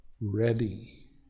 Ready